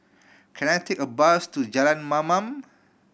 can I take a bus to Jalan Mamam